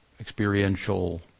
experiential